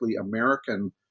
American